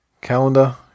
Calendar